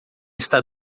está